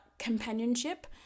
companionship